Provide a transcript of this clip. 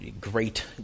great